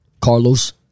Carlos